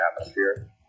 atmosphere